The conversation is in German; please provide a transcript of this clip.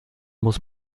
muss